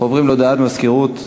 עוברים להודעת מזכירות הכנסת,